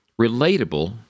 relatable